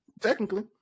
technically